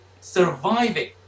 surviving